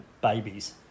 babies